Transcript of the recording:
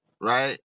right